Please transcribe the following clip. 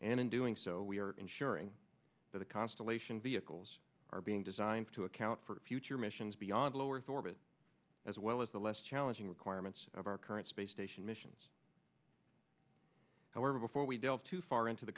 and in doing so we are ensuring that the constellation vehicles are being designed to account for future missions beyond low earth orbit as well as the less challenging requirements of our current space station missions however before we delve too far into